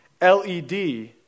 LED